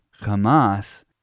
Hamas